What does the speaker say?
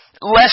less